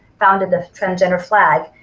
founded the transgender flag.